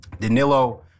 Danilo